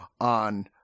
on